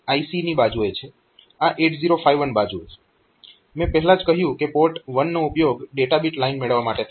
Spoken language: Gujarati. આ 8051 બાજુએ મેં પહેલા જ કહ્યું કે પોર્ટ 1 નો ઉપયોગ ડેટા બીટ લાઇન મેળવવા માટે થાય છે